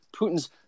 Putin's